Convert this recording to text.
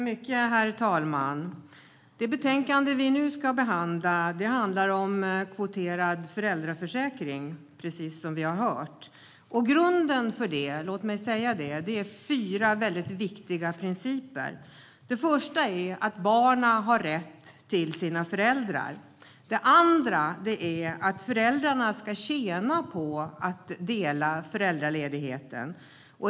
Herr talman! Det betänkande vi nu behandlar rör som sagt kvoterad föräldraförsäkring. Grunden är fyra viktiga principer. Den första är att barnen har rätt till sina föräldrar. Den andra är att föräldrarna ska tjäna på att dela föräldraledigheten.